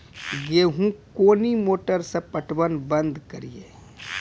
गेहूँ कोनी मोटर से पटवन बंद करिए?